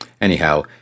anyhow